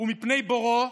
ומפני בוראו,